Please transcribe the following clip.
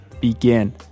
Begin